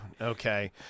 okay